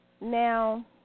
Now